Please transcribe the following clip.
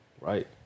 right